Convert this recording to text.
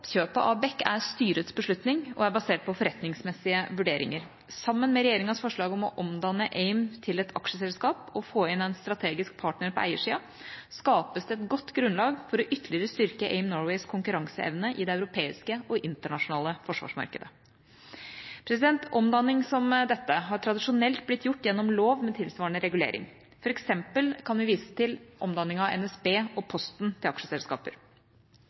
kjøpet. Det har vært forretningssensitiv informasjon, som det ikke har vært anledning til å gå ut med før partene selv offentliggjorde det. Det var også veldig viktig at de ansatte i selskapet ble informert først. Jeg vil framheve at oppkjøpet av BEC er styrets beslutning og basert på forretningsmessige vurderinger. Sammen med regjeringas forslag om å omdanne AIM til et aksjeselskap og få inn en strategisk partner på eiersiden skapes det godt grunnlag for ytterligere å styrke AIM Norways konkurranseevne i det europeiske og